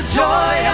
joy